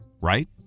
right